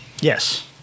Yes